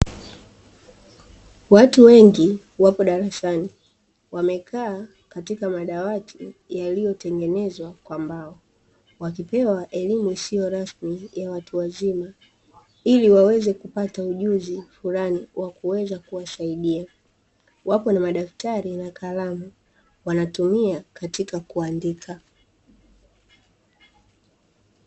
Watu wengi wapo darasani wamekaa katika madawati yaliyotengenezwa kwa mbao wakipewa elimu isiyo rasmi ya watu wazima ili waweze kupata ujuzi fulani wa kuweza kuwasaidia wapo na madaktari na kalamu wanatumia katika kuandika.